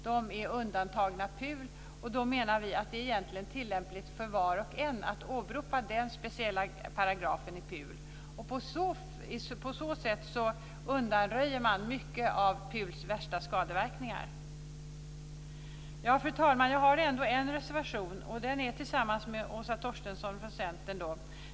De är undantagna PUL, och vi menar att det egentligen är tillämpligt för var och en att åberopa den speciella paragrafen i PUL. På så sätt undanröjer man mycket av PUL:s värsta skadeverkningar. Fru talman! Jag har ändå en reservation tillsammans med Åsa Torstensson från Centern.